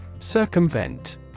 Circumvent